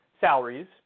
salaries